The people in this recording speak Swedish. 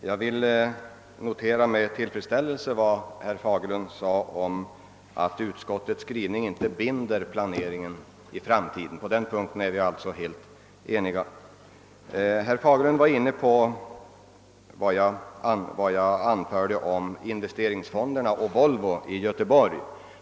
Herr talman! Jag noterar med tillfredsställelse vad herr Fagerlund sade om att utskottets skrivning inte binder planeringen för framtiden. På den punkten är vi alltså helt ense. Herr Fagerlund var inne på vad jag anförde om investeringsfonderna och Volvo i Göteborg.